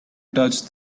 touched